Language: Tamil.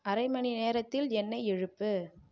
அரை மணி நேரத்தில் என்னை எழுப்பு